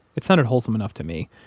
it sounded wholesome enough to me,